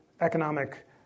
economic